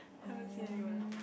haven't seen anyone